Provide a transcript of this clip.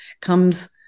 comes